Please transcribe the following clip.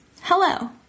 hello